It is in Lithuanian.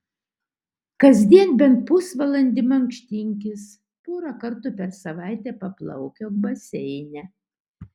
kasdien bent pusvalandį mankštinkis porą kartų per savaitę paplaukiok baseine